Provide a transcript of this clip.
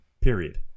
period